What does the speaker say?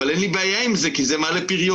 אין לי בעיה עם זה כי זה מעלה פריון.